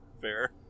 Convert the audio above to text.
Fair